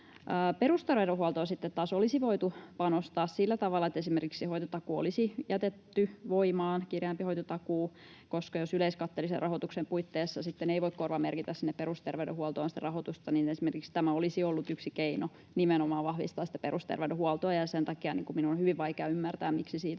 Perusterveydenhuoltoon sitten taas olisi voitu panostaa esimerkiksi sillä tavalla, että kireämpi hoitotakuu olisi jätetty voimaan, koska jos yleiskatteellisen rahoituksen puitteissa sitten ei voi korvamerkitä perusterveydenhuoltoon rahoitusta, niin esimerkiksi tämä olisi ollut yksi keino nimenomaan vahvistaa perusterveydenhuoltoa, ja sen takia minun on hyvin vaikea ymmärtää, miksi siitä